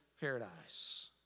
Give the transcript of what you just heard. paradise